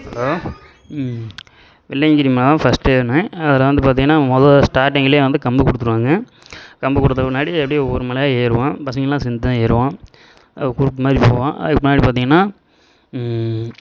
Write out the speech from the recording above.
hello Velliangiri மலை தான் first ஏறினேன் அதில் வந்து பார்த்தீங்கன்னா முத ஸ்டார்டிங்கிலேயே வந்து கம்பு கொடுத்துருவாங்க கம்பு கொடுத்த பின்னாடி அப்படியே ஒரு ஒரு மலையாக ஏறுவோம் பசங்கெல்லாம் சேர்ந்து தான் ஏறுவோம் குரூப் மாதிரி போவோம் அதுக்கு பின்னாடி பார்த்தீங்கன்னா